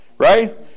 right